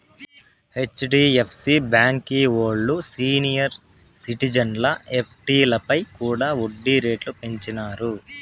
HDFC బాంకీ ఓల్లు senior సిటిజన్ల ఎఫ్డీలపై కూడా ఒడ్డీ రేట్లు పెంచినారు